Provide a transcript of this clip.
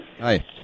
Hi